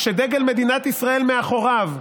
כשדגל מדינת ישראל מאחוריו,